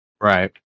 right